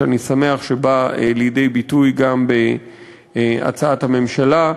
שאני שמח שבא לידי ביטוי גם בהצעת הממשלה,